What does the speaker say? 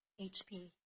HP